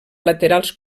laterals